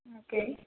ம் ஓகே